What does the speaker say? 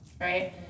Right